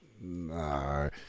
No